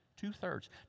Two-thirds